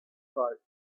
heart